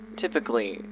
Typically